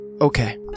okay